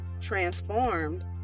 transformed